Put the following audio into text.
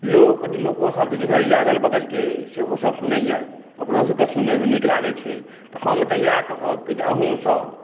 लोक लोकोसभ जे रहैया अग़ल बग़लके सेहो सभ सुनैया ओकरोसभके सुनयमे नीक लागै छै तऽ हम तऽ इएह कहब कि अहुँसभ